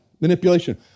manipulation